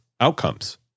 outcomes